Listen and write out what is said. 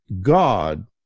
God